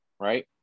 right